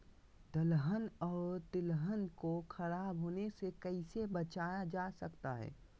दलहन और तिलहन को खराब होने से कैसे बचाया जा सकता है?